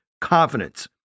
confidence